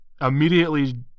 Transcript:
immediately